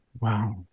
Wow